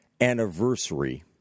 anniversary